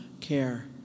care